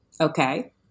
Okay